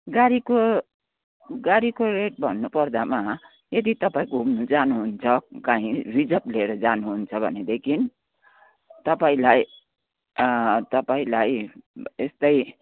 गाडीको गाडीको रेट भन्नु पर्दामा यदि तपाईँ घुम्नु जानुहुन्छ काहीँ रिजर्भ लिएर जानुहुन्छ भनेदेखि तपाईँलाई तपाईँलाई यस्तै